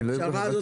הפשרה.